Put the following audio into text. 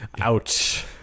Ouch